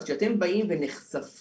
אז כשאתם באים ונחשפים,